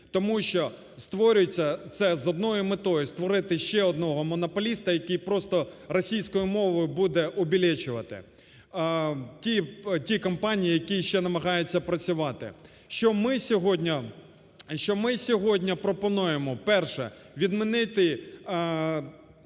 це з одною метою, створити ще одного монополіста, який просто, російською мовою, буде обилечивать ті компанії, які ще намагаються працювати. Що ми сьогодні пропонуємо? Перше. Відмінити